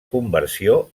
conversió